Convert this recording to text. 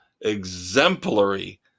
exemplary